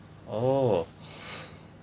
oh